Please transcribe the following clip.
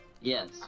Yes